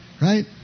right